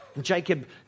Jacob